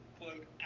quote